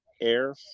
Air